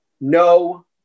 no